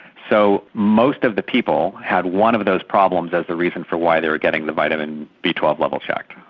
so most of the people had one of those problems as the reason for why they were getting the vitamin b one two um level checked.